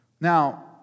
Now